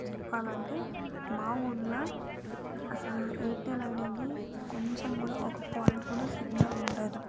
చెప్పాలంటే మా ఊరిలో అసలు ఎయిర్టెల్ ఐడియాకి కొంచెం కూడా ఒక పాయింట్ కూడా సిగ్నల్ ఉండదు